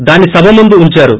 దాన్ని సభ ముందు ఉందారు